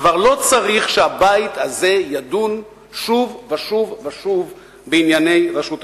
כבר לא צריך שהבית הזה ידון שוב ושוב ושוב בענייני רשות השידור,